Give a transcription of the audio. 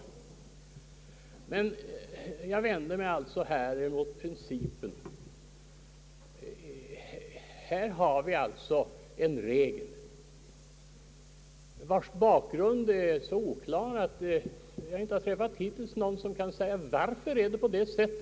Emellertid är det principen jag vänder mig mot, Vi har här en regel, vars bakgrund är så oklar att jag hittills inte träffat någon som kunnat säga varför det är på detta sätt.